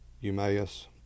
Eumaeus